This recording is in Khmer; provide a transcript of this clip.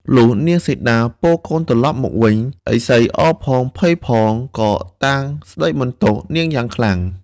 លុះនាងសីតាពរកូនត្រឡប់មកវិញ ឥសីអរផង ភ័យផងក៏តាំងស្តីបន្ទោសនាងយ៉ាងខ្លាំង។